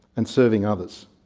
and serving others.